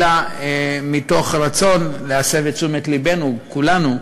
אלא מתוך רצון להסב את תשומת לבנו כולנו,